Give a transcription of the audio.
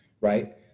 right